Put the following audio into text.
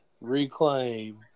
reclaim